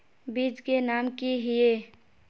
बीज के नाम की हिये?